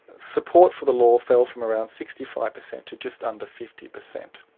support for the law fell from around sixty five percent to just under fifty percent,